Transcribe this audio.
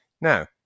Now